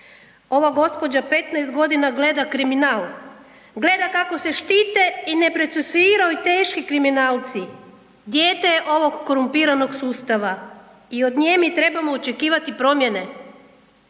Ova gospođa 15 godina gleda kriminal, gleda kako se štite i ne procesuiraju teški kriminalci, dijete ovog korumpiranog sustava i od nje mi trebamo očekivati promjene?